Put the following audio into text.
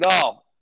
No